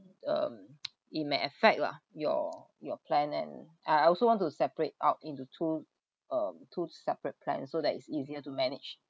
um it may affect lah your your plan and I I also want to separate out into two um two separate plans so that it's easier to manage